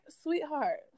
sweetheart